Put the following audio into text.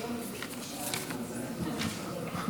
המדיניות הכלכלית לשנות התקציב 2023 ו-2024)